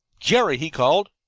jerry! he called.